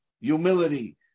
humility